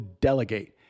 delegate